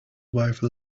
wife